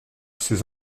ces